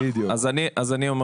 אני חושב